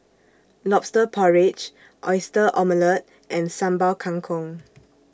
Lobster Porridge Oyster Omelette and Sambal Kangkong